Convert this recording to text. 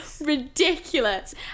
ridiculous